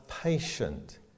patient